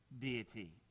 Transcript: deity